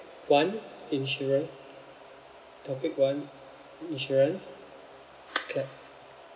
one insuran~ topic one insurance clap